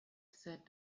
said